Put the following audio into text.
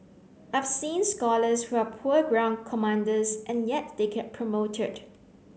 I've seen scholars who are poor ground commanders and yet they get promoted